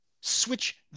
Switch